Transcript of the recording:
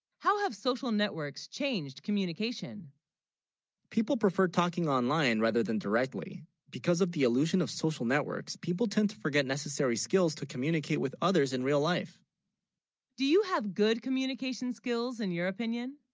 how have social networks changed communication people prefer talking online rather than directly because of the illusion of social networks people tend to forget necessary skills to communicate with others in real life do you have good communication skills in your opinion